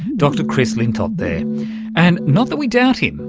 dr chris lintott there and, not that we doubt him,